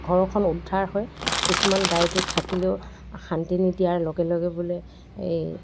ঘৰখন উদ্ধাৰ হয় কিছুমান দায় দোষ থাকিলেও শান্তিনী দিয়াৰ লগে লগে বোলে এই